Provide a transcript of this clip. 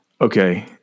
Okay